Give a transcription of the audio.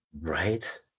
Right